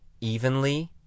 evenly